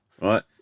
right